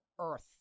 Earth